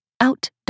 Out